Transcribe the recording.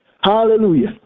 Hallelujah